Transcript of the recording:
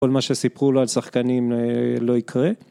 כל מה שסיפרו לו על שחקנים לא יקרה